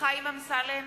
חיים אמסלם,